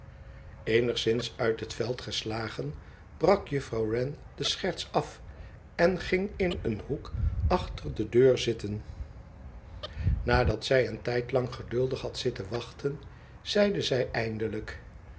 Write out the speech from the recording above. eenigszins uit het veld geslagen brak juffrouw wren de scherts af en ging in een hoek achter de deur zitten nadat zij een tijdlang geduldig had zitten wachten zeide zij eindelijk